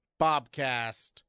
Bobcast